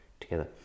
together